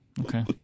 Okay